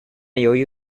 由于